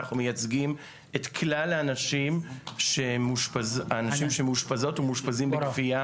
אנחנו מייצגים את כלל האנשים שמאושפזים בכפייה